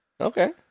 Okay